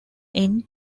end